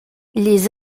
les